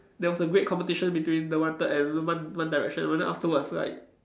there was a great competition between the wanted and one one direction but then afterwards like